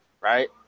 right